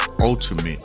ultimate